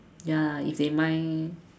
ya lah if they mind